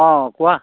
অঁ কোৱা